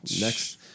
next